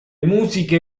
musiche